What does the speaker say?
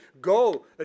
Go